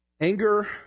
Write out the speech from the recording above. Anger